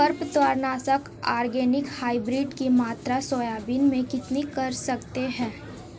खरपतवार नाशक organic hybrid की मात्रा सोयाबीन में कितनी कर सकते हैं?